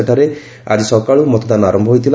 ସେଠାରେ ଆଜି ସକାଳୁ ମତଦାନ ଆରମ୍ଭ ହୋଇଥିଲା